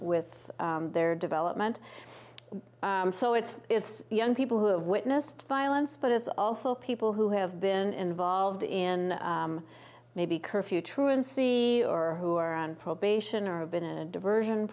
with their development so it's it's young people who have witnessed violence but it's also people who have been involved in maybe curfew truancy or who are on probation or been in a diversion